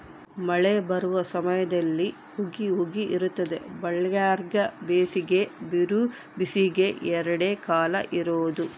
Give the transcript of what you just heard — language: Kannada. ಮಳೆ ಬರುವ ಸಮಯದಲ್ಲಿ ಹುಗಿ ಹುಗಿ ಇರುತ್ತದೆ ಬಳ್ಳಾರ್ಯಾಗ ಬೇಸಿಗೆ ಬಿರುಬೇಸಿಗೆ ಎರಡೇ ಕಾಲ ಇರೋದು